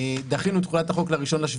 דחינו את תחולת החוק ל-1.7,